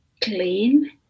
clean